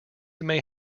may